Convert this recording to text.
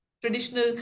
traditional